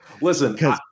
Listen